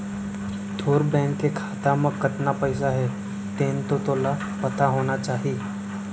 तोर बेंक के खाता म कतना पइसा हे तेन तो तोला पता होना चाही?